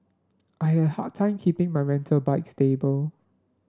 I had a hard time keeping my rental bike stable